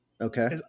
Okay